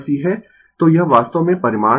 तो यह वास्तव में परिमाण है